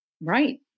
Right